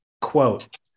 Quote